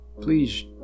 please